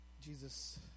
Jesus